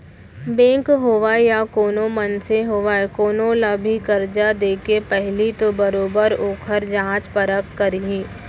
bank होवय या कोनो मनसे होवय कोनो ल भी करजा देके पहिली तो बरोबर ओखर जाँच परख करही